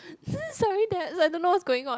sorry that I don't know what is going on